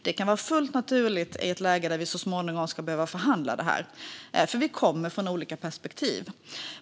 Det kan vara fullt naturligt i ett läge där vi så småningom behöver förhandla om detta, för vi kommer från olika perspektiv.